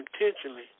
intentionally